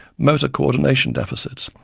motor coordination deficits,